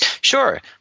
Sure